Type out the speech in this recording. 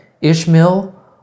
Ishmael